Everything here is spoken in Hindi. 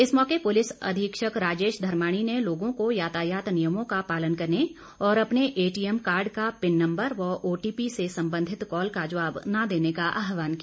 इस मौके पुलिस अधीक्षक राजेश धर्माणी ने लोगों को यातायात नियमों का पालन करने और अपने एटीएम कार्ड का पिन नम्बर व ओटीपी से संबंधित कॉल का जवाब न देने का आह्वान किया